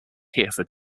hereford